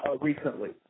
recently